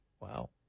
Wow